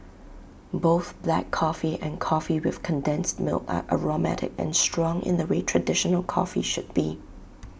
both black coffee and coffee with condensed milk are aromatic and strong in the way traditional coffee should be